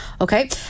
Okay